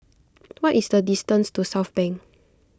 what is the distance to Southbank